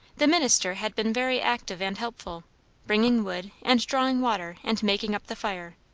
the minister had been very active and helpful bringing wood and drawing water and making up the fire,